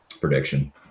prediction